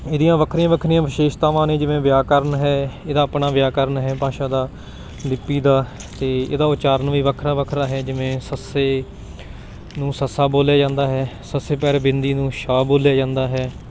ਇਹਦੀਆਂ ਵੱਖਰੀਆਂ ਵੱਖਰੀਆਂ ਵਿਸ਼ੇਸ਼ਤਾਵਾਂ ਨੇ ਜਿਵੇਂ ਵਿਆਕਰਨ ਹੈ ਇਹਦਾ ਆਪਣਾ ਵਿਆਕਰਨ ਹੈ ਭਾਸ਼ਾ ਦਾ ਲਿਪੀ ਦਾ ਅਤੇ ਇਹਦਾ ਉਚਾਰਨ ਵੀ ਵੱਖਰਾ ਵੱਖਰਾ ਹੈ ਜਿਵੇਂ ਸ ਨੂੰ ਸ ਬੋਲਿਆ ਜਾਂਦਾ ਹੈ ਅਤੇ ਸ ਪੈਰ ਬਿੰਦੀ ਨੂੰ ਸ਼ ਬੋਲਿਆ ਜਾਂਦਾ ਹੈ